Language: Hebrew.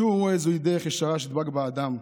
צרו וראו איזוהי דרך ישרה שידבק בה האדם.